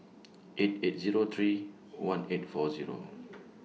eight eight Zero three one eight four Zero